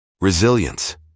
Resilience